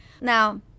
now